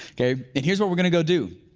okay? and here's what we're gonna go do.